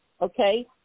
okay